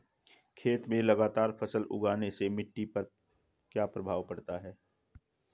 खेत में लगातार फसल उगाने से मिट्टी पर क्या प्रभाव पड़ता है?